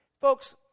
Folks